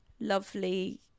lovely